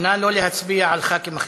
נא לא להשפיע על ח"כים אחרים.